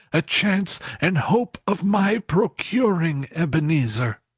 a chance and hope of my procuring, ebenezer.